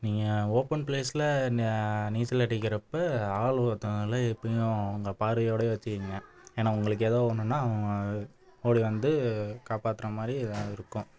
நீங்கள் ஓப்பன் ப்ளேஸில் ந நீச்சல் அடிக்கிறப்போ ஆள் ஒருத்தவங்கள எப்போயும் உங்கள் பார்வையோடையே வெச்சுக்கங்க ஏனால் உங்களுக்கு ஏதா ஒன்றுன்னா அவங்க ஓடி வந்து காப்பாத்தற மாதிரி ஏதா இருக்கும்